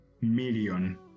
million